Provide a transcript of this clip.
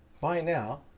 by now,